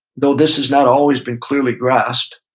though this has not always been clearly grasped.